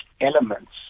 elements